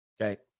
okay